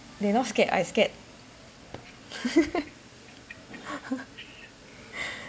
they not scared I scared